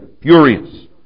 furious